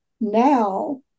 now